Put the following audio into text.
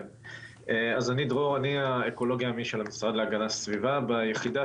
אני האקולוג הימי של המשרד להגנת הסביבה ביחידה